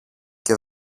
και